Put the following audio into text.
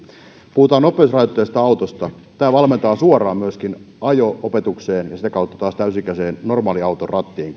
puhutaan nopeusrajoitteisesta autosta kun ajetaan sillä nopeusrajoitteisella autolla se valmentaa suoraan myöskin ajo opetukseen ja sitä kautta taas täysi ikäisenä normaaliauton rattiin